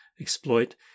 exploit